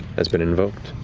has been invoked.